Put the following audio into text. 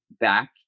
back